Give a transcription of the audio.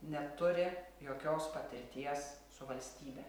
neturi jokios patirties su valstybe